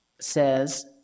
says